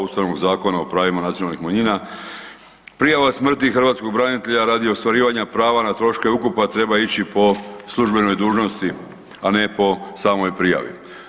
Ustavnog zakona o pravima nacionalnih manjina, prijava smrti hrvatskog branitelja radi ostvarivanja prava na troškove ukopa treba ići po službenoj dužnosti, a ne po samoj prijavi.